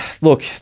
look